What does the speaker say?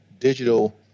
digital